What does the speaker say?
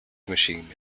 machine